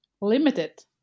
limited